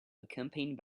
accompanied